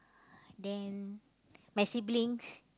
then my siblings